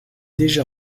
déjà